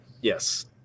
Yes